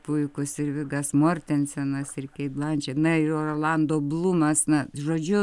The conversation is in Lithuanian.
puikūs ir vigas mortensenas ir keit blanšet na ir orlando blumas na žodžiu